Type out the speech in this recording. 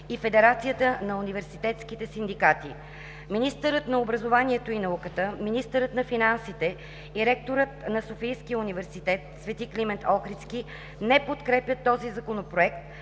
и Федерацията на университетските синдикати. Министърът на образованието и науката, министърът на финансите и ректорът на СУ „Св. Климент Охридски“ не подкрепят този Законопроект